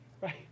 right